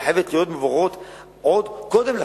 והיא חייבת להיות מבוררת עוד קודם לכן.